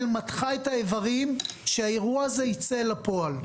מתחה את האיברים כדי שהאירוע הזה ייצא לפועל.